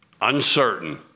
uncertain